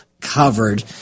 covered